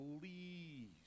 please